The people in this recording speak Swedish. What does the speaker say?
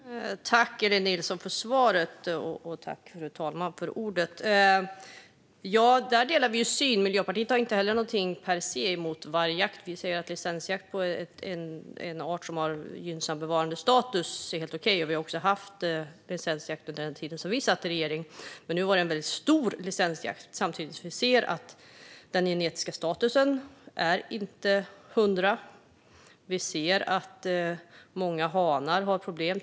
Fru talman! Tack, Elin Nilsson, för svaret! Där delar vi syn. Miljöpartiet har inte heller något emot vargjakt per se. Licensjakt på en art som har gynnsam bevarandestatus är helt okej. Vi har också haft licensjakt under den tid som vi satt i regeringen. Men nu var det en väldigt stor licensjakt samtidigt som vi ser att den genetiska statusen inte är hundraprocentig. Vi ser att många hanar har problem.